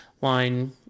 line